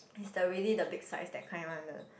he's the really the big size that kind one the